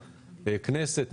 כנסת,